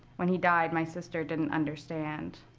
when he died, my sister didn't understand.